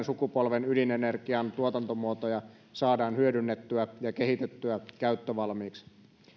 sukupolven ydinenergian tuotantomuotoja saadaan hyödynnettyä ja kehitettyä käyttövalmiiksi